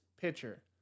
pitcher